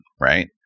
right